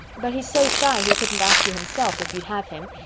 but he's so shy he couldn't ask you himself if you'd have him,